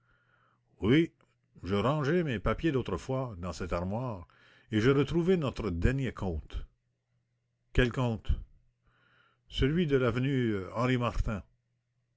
oui je rangeais mes papiers d'autrefois dans cette armoire et j'ai retrouvé notre dernier compte quel compte celui de l'avenue